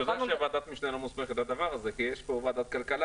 ועדת המשנה לא מוסמכת לדבר הזה כי יש ועדת כלכלה